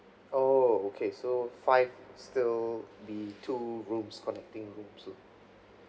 oh okay so five still be two rooms connecting rooms